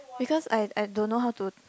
because I I don't know how to